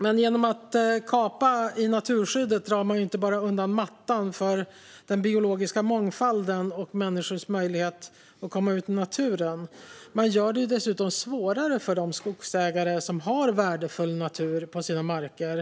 Men genom att kapa i naturskyddet drar man inte bara undan mattan för den biologiska mångfalden och människors möjlighet att komma ut i naturen. Man gör det dessutom svårare för de skogsägare som har värdefull natur på sina marker.